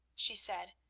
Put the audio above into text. she said.